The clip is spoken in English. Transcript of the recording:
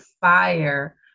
fire